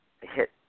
hit